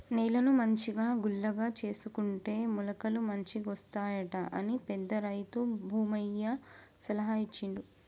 నేలను మంచిగా గుల్లగా చేసుకుంటే మొలకలు మంచిగొస్తాయట అని పెద్ద రైతు భూమయ్య సలహా ఇచ్చిండు